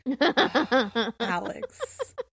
Alex